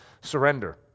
surrender